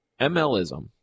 MLism